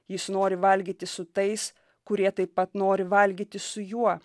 jis nori valgyti su tais kurie taip pat nori valgyti su juo